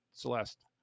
Celeste